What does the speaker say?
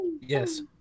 Yes